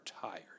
tired